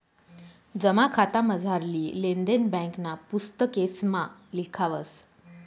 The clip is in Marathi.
जमा खातामझारली लेन देन ब्यांकना पुस्तकेसमा लिखावस